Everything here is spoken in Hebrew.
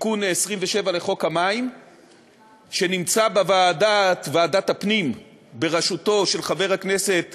תיקון 27 לחוק המים שנמצא בוועדת הפנים בראשותו של חבר הכנסת